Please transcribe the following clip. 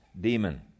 demon